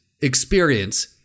Experience